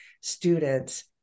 students